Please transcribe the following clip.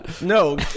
No